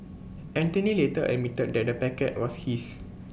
Anthony later admitted that the packet was his